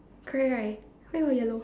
correct right where got yellow